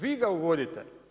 Vi ga uvodite.